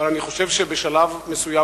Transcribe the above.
אבל אני חושב שבשלב מסוים,